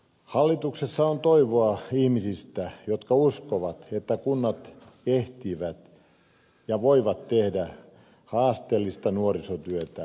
hallituksessa on toivoa ihmisistä jotka uskovat että kunnat ehtivät ja voivat tehdä haasteellista nuorisotyötä